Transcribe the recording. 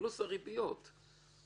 ודיברנו על זה גם בדיונים הקודמים,